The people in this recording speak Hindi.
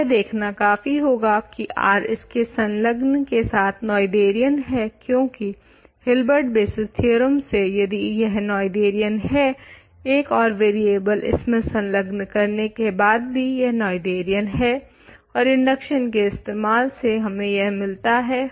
तो यह देखना काफी होगा की R इसके संलग्न के साथ नोएथेरियन है क्यूंकि हिलबेर्ट बेसिस थ्योरम से यदि यह नोएथेरियन है एक और वरियेबल इसमें संलग्न करने के बाद भी यह नोएथेरियन है और इंडक्शन के इस्तेमाल से हमें यह मिलता है